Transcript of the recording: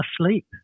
asleep